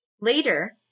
Later